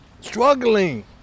struggling